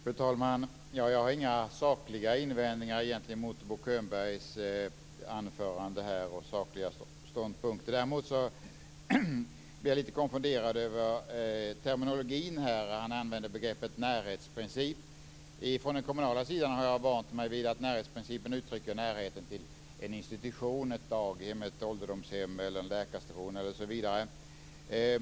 Fru talman! Jag har egentligen inga sakliga invändningar mot Bo Könbergs anförande och ståndpunkter. Däremot blir jag lite konfunderad över terminologin. Han använder begreppet närhetsprincip. Från den kommunala sidan har jag vant mig vid att närhetsprincipen uttrycker närheten till en institution, ett daghem, ett ålderdomshem eller en läkarstation.